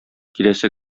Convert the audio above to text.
киләсе